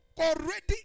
already